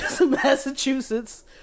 Massachusetts